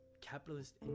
Capitalist